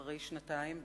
אחרי שנתיים,